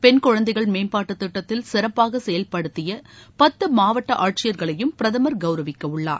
பெண் குழந்தைகள் மேம்பாட்டு திட்டத்தில் சிறப்பாக செயல்படுத்திய பத்து மாவட்ட ஆட்சியர்களையும் பிரதமர் கவுரவிக்கவுள்ளார்